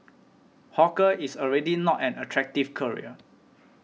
hawker is already not an attractive career